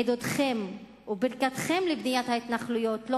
עידודכם וברכתכם לבניית ההתנחלויות לא